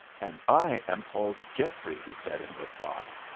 and i am called geoffrey, he said, in reply.